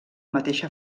mateixa